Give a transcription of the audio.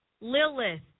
lilith